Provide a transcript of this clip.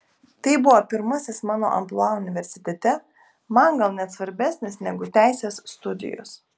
tai buvo pirmasis mano amplua universitete man gal net svarbesnis negu teisės studijos